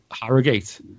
Harrogate